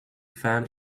fan